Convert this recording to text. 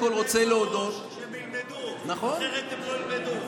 שהם ילמדו, אחרת הם לא ילמדו.